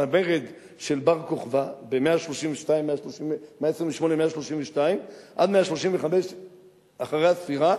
במרד של בר-כוכבא מ-128 עד 132 עד 135 אחרי הספירה.